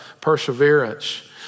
perseverance